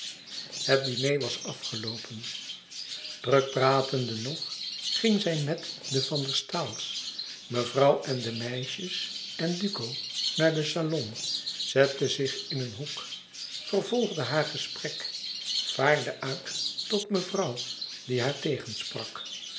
het diner was afgeloopen druk pratende nog ging zij met de van der staals mevrouw en de meisjes en duco naar den salon zette zich in een hoek vervolgde haar gesprek vaarde uit tot mevrouw die haar tegensprak